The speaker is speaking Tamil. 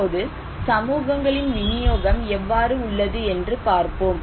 இப்போது சமூகங்களின் வினியோகம் எவ்வாறு உள்ளது என்று பார்ப்போம்